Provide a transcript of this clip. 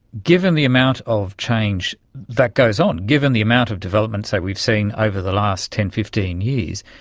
given the amount of change that goes on, given the amount of developments that we've seen over the last ten, fifteen years,